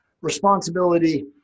responsibility